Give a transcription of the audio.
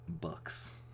Bucks